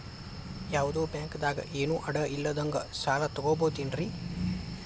ಯಾವ್ದೋ ಬ್ಯಾಂಕ್ ದಾಗ ಏನು ಅಡ ಇಲ್ಲದಂಗ ಸಾಲ ತಗೋಬಹುದೇನ್ರಿ?